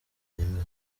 byemewe